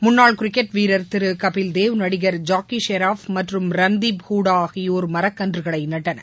முன்னாள் கிரிக்கெட் வீரர் திரு கபில்தேவ் நடிகர் ஜாக்கி ஷெராப் மற்றும் ரன்தீப் ஹூடா ஆகியோர் மரக்கன்றுகளை நட்டனர்